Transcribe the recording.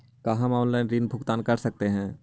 का हम आनलाइन ऋण भुगतान कर सकते हैं?